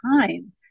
time